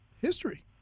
history